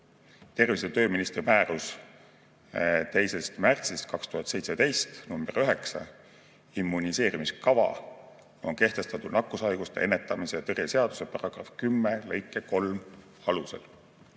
Tervise‑ ja tööministri määrus 2. märtsist 2017, nr 9 "Immuniseerimiskava" on kehtestatud nakkushaiguste ennetamise ja tõrje seaduse § 10 lõike 3 alusel.